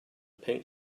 pink